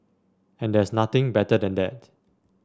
and there's nothing better than that